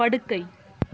படுக்கை